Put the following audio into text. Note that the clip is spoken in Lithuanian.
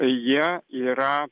jie yra